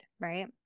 right